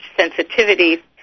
sensitivity